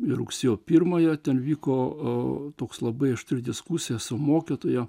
ir rugsėjo pirmąją ten vyko toks labai aštri diskusija su mokytoja